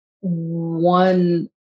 one